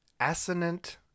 assonant